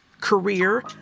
career